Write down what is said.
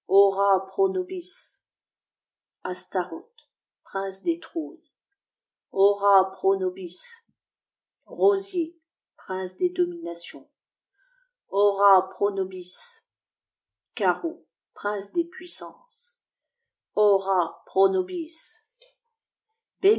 nobis rosier prince des dominations ora pro nobis cari eau prince des puissances